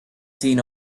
seen